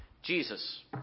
Jesus